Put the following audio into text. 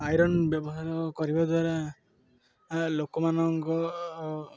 iron ବ୍ୟବହାର କରିବା ଦ୍ୱାରା ଲୋକମାନଙ୍କ